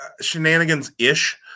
shenanigans-ish